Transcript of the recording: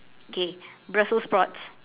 okay brussel sprouts